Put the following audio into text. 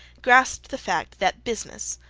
grasped the fact that business,